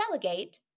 delegate